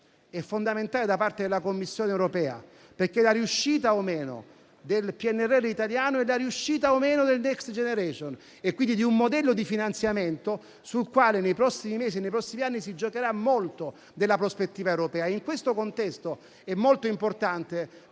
e fondamentale da parte della Commissione europea, perché la riuscita del PNRR italiano è la riuscita del Next generation EU e quindi di un modello di finanziamento sul quale nei prossimi mesi e anni si giocherà molto della prospettiva europea. In questo contesto, è molto importante